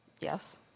Yes